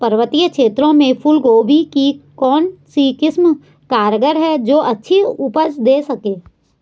पर्वतीय क्षेत्रों में फूल गोभी की कौन सी किस्म कारगर है जो अच्छी उपज दें सके?